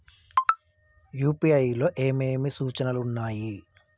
UPI లో ఏమేమి సూచనలు ఉన్నాయి?